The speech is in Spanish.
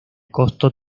costo